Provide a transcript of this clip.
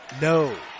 no